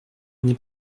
n’est